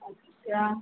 अच्छा